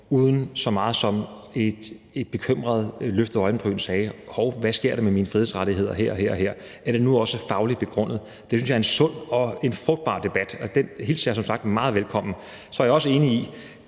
uden så meget som et bekymret løftet øjenbryn sagde: Hov, hvad sker der med mine frihedsrettigheder her – er det nu også fagligt begrundet? Jeg synes, det er en sund og en frugtbar debat, og den hilser jeg som sagt meget velkommen. Så er jeg også enig i,